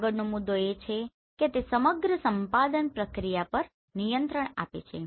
આગળનો મુદ્દો એ છે કે તે સમગ્ર સંપાદન પ્રક્રિયા પર નિયંત્રણ આપે છે